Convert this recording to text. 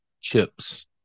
chips